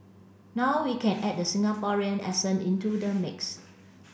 now we can add the Singaporean accent into the mix